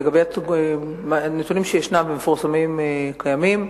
לגבי הנתונים שישנם, הם מפורסמים וקיימים.